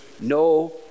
no